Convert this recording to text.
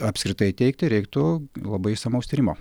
apskritai teigti reiktų labai išsamaus tyrimo